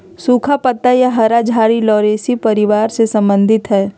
सुखा पत्ता या हरा झाड़ी लॉरेशी परिवार से संबंधित हइ